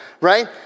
right